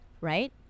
right